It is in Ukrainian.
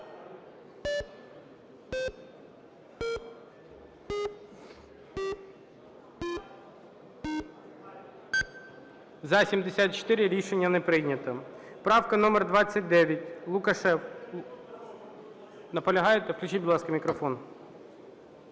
За-74 Рішення не прийнято. Правка номер 29, Лукашев. Наполягаєте? Включіть, будь ласка, мікрофон.